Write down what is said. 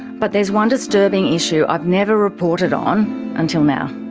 but there's one disturbing issue i've never reported on until now.